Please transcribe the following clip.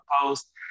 post